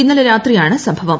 ഇന്നലെ രാത്രിയാണ് സംഭവം